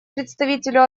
представителю